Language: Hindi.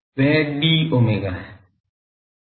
वह d omega है